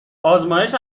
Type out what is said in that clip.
آزمایش